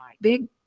big